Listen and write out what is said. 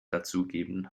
dazugeben